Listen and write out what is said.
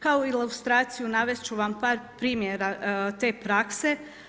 Kao ilustraciju navesti ću vam par primjera te prakse.